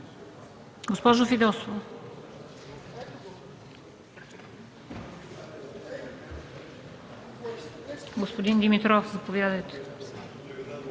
Господин Димитров, заповядайте.